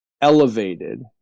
elevated